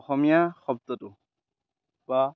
অসমীয়া শব্দটো বা